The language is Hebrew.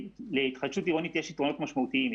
להתחדשות עירונית יש יתרונות משמעותיים.